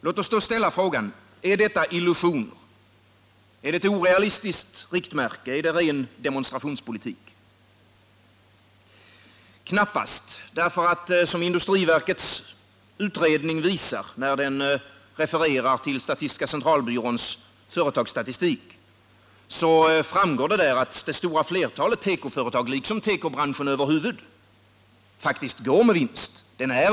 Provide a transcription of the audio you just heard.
Låt oss då ställa frågan: Är detta illusioner? Är det ett orealistiskt riktmärke? Är det ren demonstrationspolitik? Knappast. Av industriverkets utredning — när den refererar till statistiska centralbyråns företagsstatistik — framgår att det stora flertalet tekoföretag, liksom tekobranschen över huvud taget, faktiskt går med vinst.